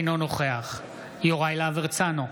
אינו נוכח יוראי להב הרצנו,